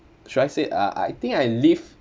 should I say uh I think I live